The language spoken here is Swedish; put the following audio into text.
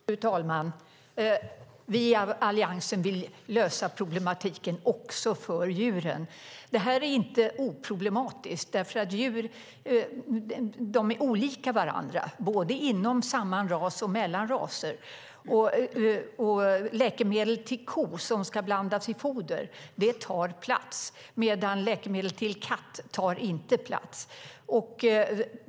Fru talman! Vi i Alliansen vill lösa problematiken också för djuren. Det är inte oproblematiskt eftersom djur är olika varandra både inom samma ras och mellan raser. Läkemedel till ko som ska blandas i foder tar plats medan läkemedel till katt inte tar plats.